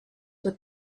with